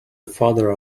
father